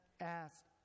asked